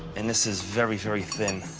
and this is very, very thin.